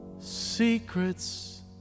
secrets